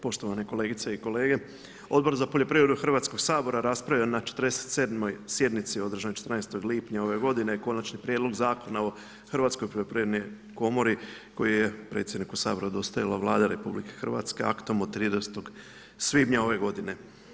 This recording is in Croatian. Poštovane kolegice i kolege, Odbor za poljoprivredu Hrvatskog sabora raspravio je na 47. sjednici održanoj 14. lipnja ove godine konačni prijedlog Zakona o Hrvatskoj poljoprivrednoj komori koji je predsjedniku Sabora dostavila Vlada RH aktom od 30. svibnja ove godine.